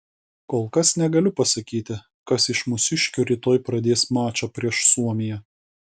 kol kas negaliu pasakyti kas iš mūsiškių rytoj pradės mačą prieš suomiją